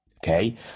Okay